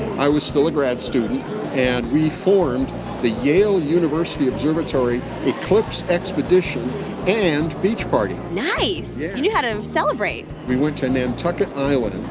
i was still a grad student, and we formed the yale university observatory eclipse expedition and beach party nice yeah you knew how to celebrate we went to nantucket island.